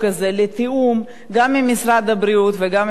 הבריאות וגם עם משרד האוצר ומשרד המשפטים,